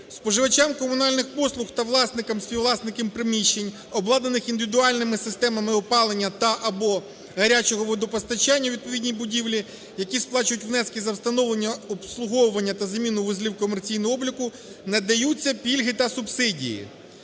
споживачам комунальних послуг та власникам (співвласникам) приміщень, обладнаних індивідуальними системами опалення та/або гарячого водопостачання у відповідній будівлі, які сплачують внески за встановлення, обслуговування та заміну вузлів комерційного обліку, надаються пільги та субсидії".